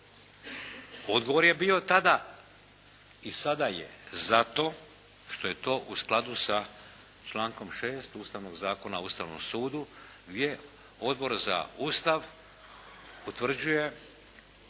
Odgovor je bio tada i sada je, zato što je to u skladu sa člankom 6. Ustavnog zakona o Ustavnom sudu gdje Odbor za Ustav utvrđuje